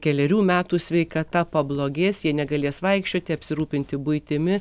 kelerių metų sveikata pablogės jie negalės vaikščioti apsirūpinti buitimi